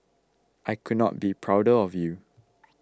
I could not be prouder of you